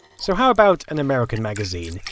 so how about an american magazine?